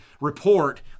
report